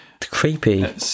creepy